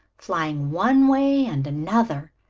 flying one way and another.